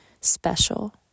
special